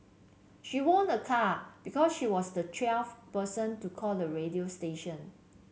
she won a car because she was the twelfth person to call the radio station